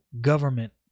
government